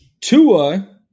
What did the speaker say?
Tua